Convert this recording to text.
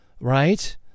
right